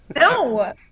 No